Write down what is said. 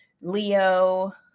Leo